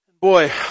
Boy